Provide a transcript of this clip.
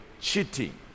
cheating